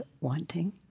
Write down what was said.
wanting